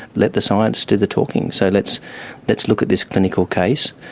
let the science do the talking. so let's let's look at this clinical case,